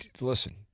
listen